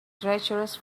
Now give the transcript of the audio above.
treacherous